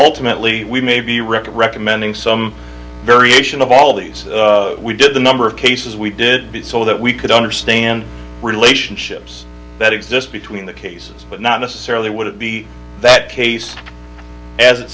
ultimately we may be wrecked recommending some variation of all these we did the number of cases we did be so that we could understand relationships that exist between the cases but not necessarily would it be that case as it